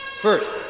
First